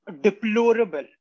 deplorable